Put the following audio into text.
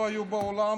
לא היו באולם,